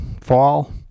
fall